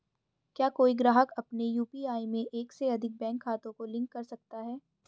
क्या कोई ग्राहक अपने यू.पी.आई में एक से अधिक बैंक खातों को लिंक कर सकता है?